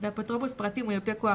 ואפוטרופוס פרטי ומיופה כוח,